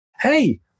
hey